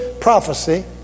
prophecy